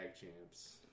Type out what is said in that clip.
champs